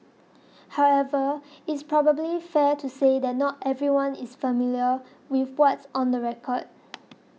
however is probably fair to say that not everyone is familiar with what's on the record